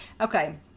Okay